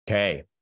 Okay